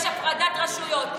יש הפרדת רשויות.